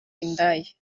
indaya